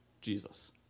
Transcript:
Jesus